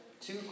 two